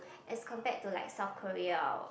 as compared to like South-Korea of